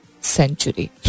century